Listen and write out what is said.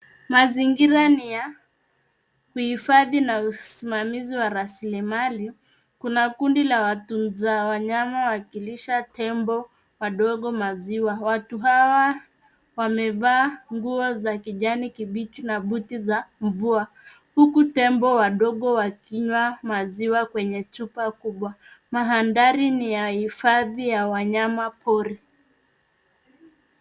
Mazingira ni ya uhifadhi na usimamizi wa rasilimali. Kuna kundi la watunza wanyama wakilisha tembo wadogo maziwa. Watu hawa wamevaa nguo za kijani kibichi na buti za mvua huku tembo wadogo wakinywa maziwa kwenye chupa kubwa. Mandhari ni ya hifadhi ya wanyama pori.